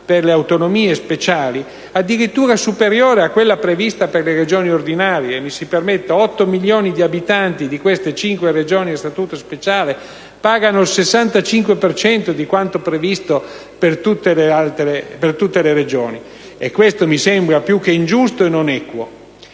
per le autonomie speciali addirittura superiore a quella prevista per le Regioni ordinarie: 8 milioni di abitanti di queste cinque Regioni a statuto speciale pagano il 65 per cento di quanto previsto per tutte le Regioni. Questo mi sembra più che ingiusto e non equo.